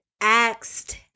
asked